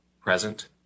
present